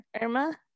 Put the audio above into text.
Irma